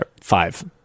Five